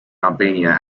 albania